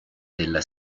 della